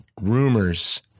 rumors